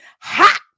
hot